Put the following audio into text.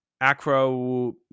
acro –